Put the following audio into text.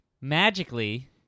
magically